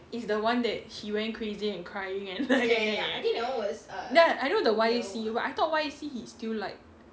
is the one that he went crazy and crying and ya I know the Y_E_C but I thought Y_E_C he still like